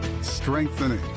strengthening